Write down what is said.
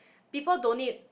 people don't need